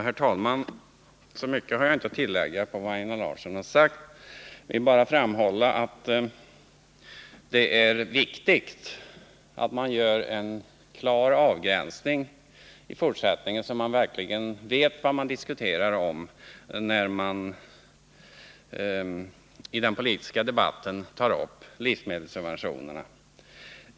Herr talman! Så mycket har jag inte att tillägga till vad Einar Larsson sagt. Jag vill bara framhålla att det är viktigt att man i fortsättningen gör en klar avgränsning, så att man verkligen vet vad man diskuterar när man i den politiska debatten tar upp livsmedelssubventionerna.